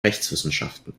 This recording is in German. rechtswissenschaften